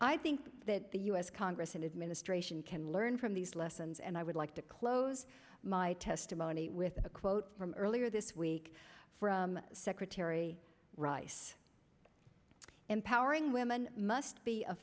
i think that the u s congress and administration can learn from these lessons and i would like to close my testimony with a quote from earlier this week from secretary rice empowering women must be a